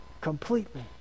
completely